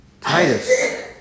Titus